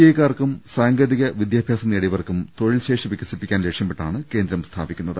ഐക്കാർക്കും സാങ്കേതിക വിദ്യാഭ്യാസം നേടിയവർക്കും തൊഴിൽശേഷി വികസിപ്പി ക്കാൻ ലക്ഷ്യമിട്ടാണ് കേന്ദ്രം സ്ഥാപിക്കുന്നത്